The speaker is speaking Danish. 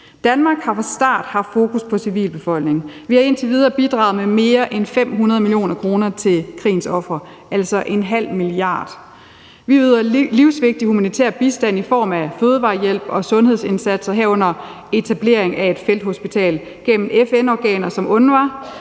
Danmark har fra start haft fokus på civilbefolkningen. Vi har indtil videre bidraget med mere end 500 mio. kr. til krigens ofre, altså en ½ milliard. Vi yder livsvigtig humanitær bistand i form af fødevarehjælp og sundhedsindsatser, herunder etablering af et felthospital gennem FN-organer som UNRWA,